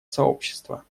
сообщества